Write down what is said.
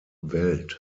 welt